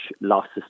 losses